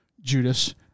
Judas